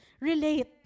relate